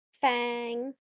Fang